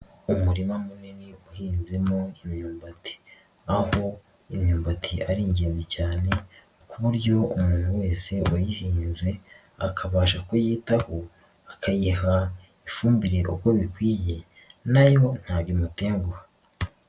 Umurima munini uhinzemo imyumbati. Aho imyumbati ari ingenzi cyane ku buryo umuntu wese wayihinze akabasha kuyitaho, akayiha ifumbire uko bikwiye na yo ntabwo imutenguha.